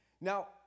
Now